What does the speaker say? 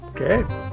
okay